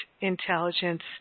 intelligence